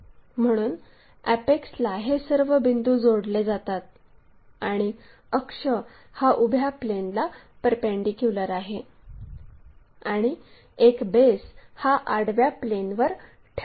म्हणून अॅपेक्सला हे सर्व बिंदू जोडले जातात आणि अक्ष हा उभ्या प्लेनला परपेंडीक्युलर आहे आणि एक बेस हा आडव्या प्लेनवर ठेवलेला आहे